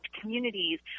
communities